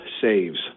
saves